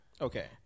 okay